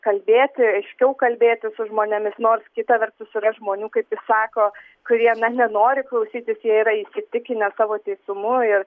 kalbėti aiškiau kalbėti su žmonėmis nors kita vertus yra žmonių kaip jis sako kurie na nenori klausytis jie yra įsitikinę savo teisumu ir